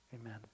Amen